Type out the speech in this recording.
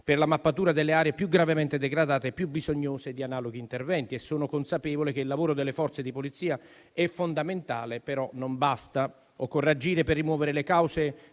per la mappatura delle aree più gravemente degradate e più bisognose di analoghi interventi. Sono consapevole che il lavoro delle Forze di polizia è fondamentale e che, però, non basta. Occorre agire per rimuovere le cause